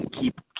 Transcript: keep